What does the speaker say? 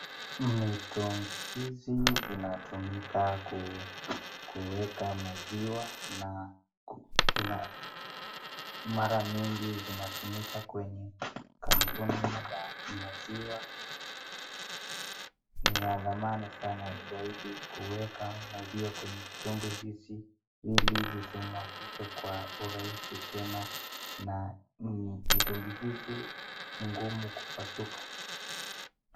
Mitungi hizi zinatumika kuweka maziwa na, mara mingi zinarumika kwenye, kampuni za maziwa, ni ya thamana sana kuweka maziwa kwenye mitungi hizi, ili sizimwagike kwa urahisi tena na, mitungi hizi ni ngumu kupasuka.